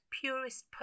purest